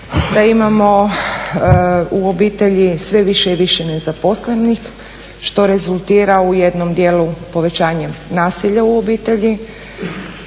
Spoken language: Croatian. da imamo u obitelji sve više i više nezaposlenih što rezultira u jednom dijelu povećanjem nasilja u obitelji.